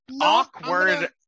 awkward